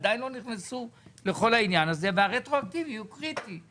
עדיין לא נכנסו לכל העניין הזה והרטרואקטיביות הוא קריטי.